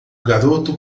garoto